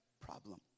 problem